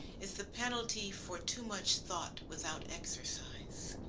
is the penalty for too much thought without exercise.